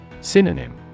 Synonym